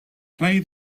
play